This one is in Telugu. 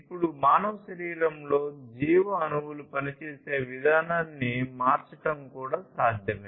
ఇప్పుడు మానవ శరీరంలోని జీవఅణువులు పనిచేసే విధానాన్ని మార్చడం కూడా సాధ్యమే